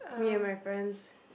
me and my friends